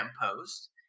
post